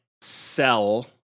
sell